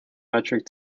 metric